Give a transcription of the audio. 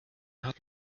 hat